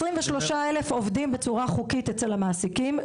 23 אלף עובדים בצורה חוקית אצל המעסיקים,